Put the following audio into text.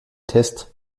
test